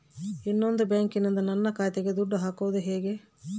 ಇನ್ನೊಂದು ಬ್ಯಾಂಕಿನಿಂದ ನನ್ನ ಖಾತೆಗೆ ದುಡ್ಡು ಹಾಕೋದು ಹೇಗೆ?